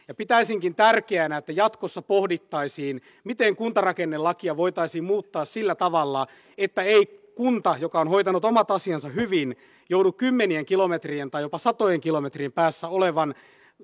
pitäisinkin tärkeänä että jatkossa pohdittaisiin miten kuntarakennelakia voitaisiin muuttaa sillä tavalla että kunta joka on hoitanut omat asiansa hyvin ei joudu kymmenien kilometrien tai jopa satojen kilometrien päässä olevan